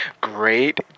great